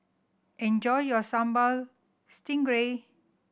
enjoy your Sambal Stingray